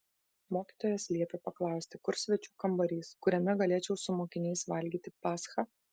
mokytojas liepė paklausti kur svečių kambarys kuriame galėčiau su mokiniais valgyti paschą